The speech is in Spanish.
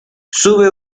sube